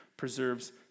preserves